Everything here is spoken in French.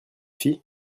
fille